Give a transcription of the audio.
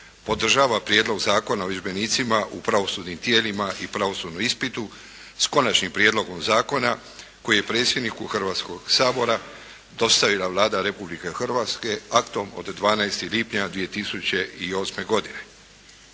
podržava Prijedlog zakona o vježbenicima u pravosudnim tijelima i pravosudnom ispitu s Konačnim prijedlogom zakona koji je predsjedniku Hrvatskog sabora dostavila Vlada Republike Hrvatske aktom od 12. lipnja 2008. godine.